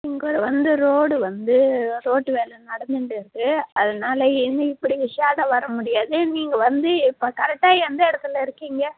இங்கே வந்து ரோடு வந்து ரோட்டு வேலை நடந்துண்டு இருக்குது அதனால் இனி இப்படி உஷாடாக வரமுடியாது நீங்கள் வந்து இப்போ கரெட்டாக எந்த இடத்துல இருக்கீங்க